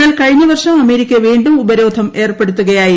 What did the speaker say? എന്നാൽ കഴിഞ്ഞ വർഷം അമേരിക്ക വീണ്ടും ഉപരോധം ഏർപ്പെടുത്തുകയായിരുന്നു